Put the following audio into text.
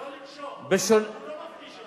לא למשוך, הוא לא מפריש יותר.